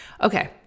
Okay